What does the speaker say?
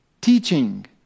Teaching